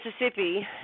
Mississippi